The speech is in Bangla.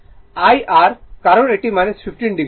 r কারণ এটি 15o এটি কনজুগেট হবে 15o